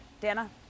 Dana